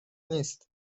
نیست